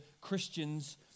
Christian's